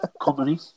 company